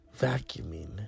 vacuuming